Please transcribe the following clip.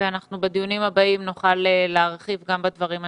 ואנחנו בדיונים הבאים נוכל להרחיב גם בדברים הנוספים.